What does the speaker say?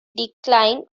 decline